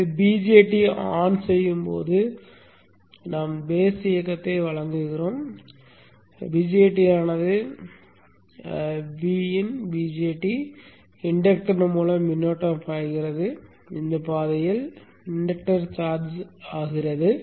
எனவே BJT on செய்யும்போது நாம் அடிப்படை இயக்ககத்தை வழங்குகிறோம் BJT ஆனது Vin BJT இண்டக்டர் மூலம் மின்னோட்டம் பாய்கிறது இந்த பாதையில் இண்டக்டரை சார்ஜ் செய்கிறது